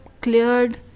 cleared